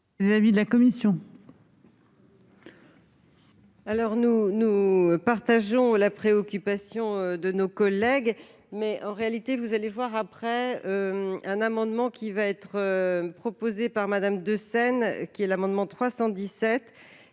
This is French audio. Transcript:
est l'avis de la commission ?